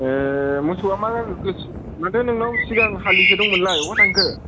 ए मोसौआ मा जाजोबखो माथो नोंनाव सिगां हालिसे दंमोनलाय बहा थांखो